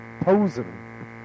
posing